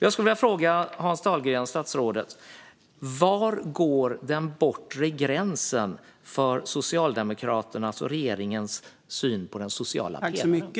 Jag skulle vilja fråga statsrådet Hans Dahlgren: Var går den bortre gränsen för Socialdemokraternas och regeringens syn på den sociala pelaren?